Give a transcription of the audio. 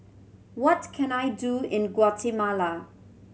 what can I do in Guatemala